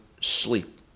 sleep